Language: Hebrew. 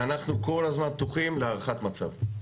אנחנו כל הזמן פתוחים להערכת מצב.